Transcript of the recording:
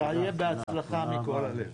שיהיה בהצלחה מכל הלב.